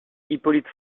hippolyte